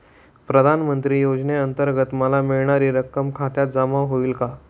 प्रधानमंत्री योजनेअंतर्गत मला मिळणारी रक्कम खात्यात जमा होईल का?